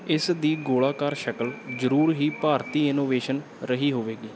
ਇਸ ਦੀ ਗੋਲਾਕਾਰ ਸ਼ਕਲ ਜ਼ਰੂਰ ਹੀ ਭਾਰਤੀ ਇਨੋਵੇਸ਼ਨ ਰਹੀ ਹੋਵੇਗੀ